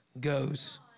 goes